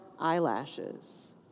eyelashes